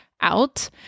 out